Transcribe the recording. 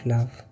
Love